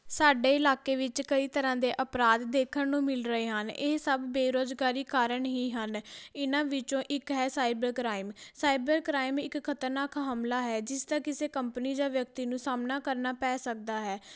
ਸਾਡੇ ਇਲਾਕੇ ਵਿੱਚ ਕਈ ਤਰ੍ਹਾਂ ਦੇ ਅਪਰਾਧ ਦੇਖਣ ਨੂੰ ਮਿਲ ਰਹੇ ਹਨ ਇਹ ਸਭ ਬੇਰੁਜ਼ਗਾਰੀ ਕਾਰਨ ਹੀ ਹਨ ਇਹਨਾਂ ਵਿੱਚੋਂ ਇੱਕ ਹੈ ਸਾਈਬਰ ਕ੍ਰਾਈਮ ਸਾਈਬਰ ਕ੍ਰਾਈਮ ਇੱਕ ਖਤਰਨਾਕ ਹਮਲਾ ਹੈ ਜਿਸ ਦਾ ਕਿਸੇ ਕੰਪਨੀ ਜਾਂ ਵਿਅਕਤੀ ਨੂੰ ਸਾਹਮਣਾ ਕਰਨਾ ਪੈ ਸਕਦਾ ਹੈ